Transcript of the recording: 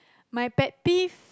my pet peeve